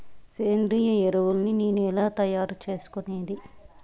సేంద్రియ ఎరువులని నేను ఎలా తయారు చేసుకునేది?